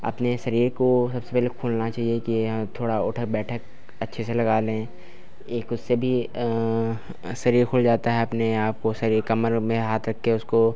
अपने शरीर को सबसे पहले खोलना चाहिए कि हाँ थोड़ा उठक बैठक अच्छे से लगा लें एक उससे भी शरीर खुल जाता है अपने आपको शरीर कमर में हाथ रख कर उसको